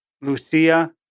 Lucia